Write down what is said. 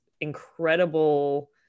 incredible